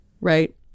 Right